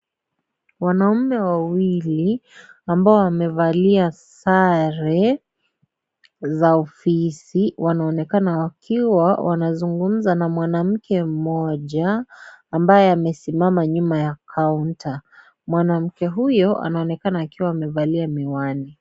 Wanaume wawili ambao wamevalia sare za ofisi wanaonekana wakiwa wanazungumza na mwanamke mmoja ambaye amesimama nyuma ya kaunta. Mwanamke huyo anaonekana akiwa amevalia miwani.